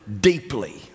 deeply